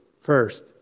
first